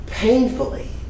painfully